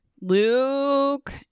Luke